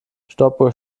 stoppuhr